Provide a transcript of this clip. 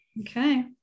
Okay